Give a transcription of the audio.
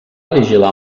vigilar